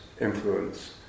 influence